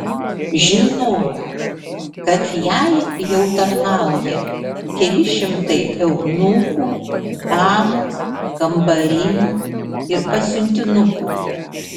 žinojau kad jai jau tarnauja keli šimtai eunuchų damų kambarinių ir pasiuntinukų